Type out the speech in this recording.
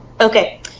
Okay